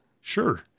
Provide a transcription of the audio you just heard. sure